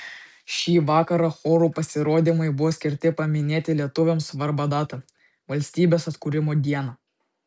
šį vakarą chorų pasirodymai buvo skirti paminėti lietuviams svarbią datą valstybės atkūrimo dieną